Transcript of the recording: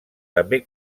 també